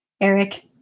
Eric